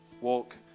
Walk